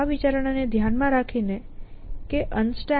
આ વિચારણાને ધ્યાનમાં રાખીને કે UnStack